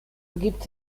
begibt